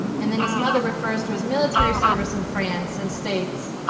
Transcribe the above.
and then his mother refers to his military service in france and states,